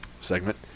segment